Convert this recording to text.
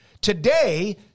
Today